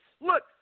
Look